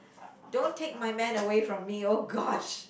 don't take my man away from me oh gosh